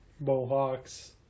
Mohawks